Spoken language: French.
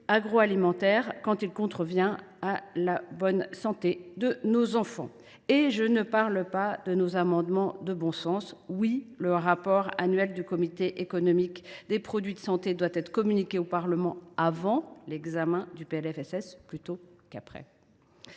agroalimentaire lorsqu’il contrevient à la bonne santé de nos enfants. Et je ne parle pas de nos amendements dits de bon sens : oui, le rapport annuel du Comité économique des produits de santé doit être communiqué au Parlement avant l’examen du PLFSS plutôt qu’après.